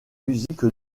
musique